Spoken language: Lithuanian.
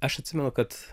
aš atsimenu kad